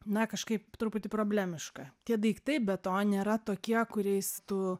na kažkaip truputį problemiška tie daiktai be to nėra tokie kuriais tu